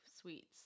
sweets